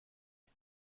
est